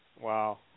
Wow